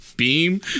beam